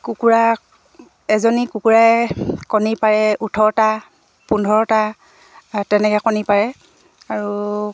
কুকুৰা এজনী কুকুৰাই কণী পাৰে ওঠৰটা পোন্ধৰটা তেনেকৈ কণী পাৰে আৰু